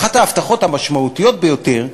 אחת ההבטחות המשמעותיות ביותר,